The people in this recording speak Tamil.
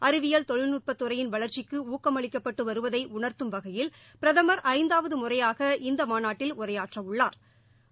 அறிவியல் தொ ழ ில் நுட்பத்துறையின் வளர்ச்சிக் கு ஊக்க மளிக்கப்பட்டு வருவதை உணர்த்தும் வகையில் பிரதமர் ஐந்தாவது முறையாக இந்த மாநாட்டில் உரையா ற் றவள்ளாா்